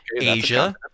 Asia